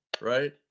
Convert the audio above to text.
right